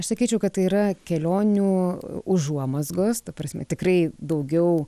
aš sakyčiau kad tai yra kelionių užuomazgos ta prasme tikrai daugiau